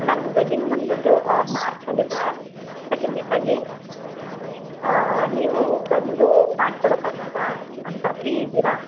ನನ್ನ ವೆಡ್ಡಿಂಗ್ ಬಂದ್ಬಿಟ್ಟು ಮಾರ್ಚಲ್ಲಿ ಇದೆ ಸೆಕೆಂಡ್ ವೀಕಲ್ಲಿ ನೀವು ಬಂದು ಮಾಡ್ಕೊಡೋಕ್ಕೆ ಆಗುತ್ತಾ ಅಂತ ಫ್ರೀ ಇದ್ದೀರಾ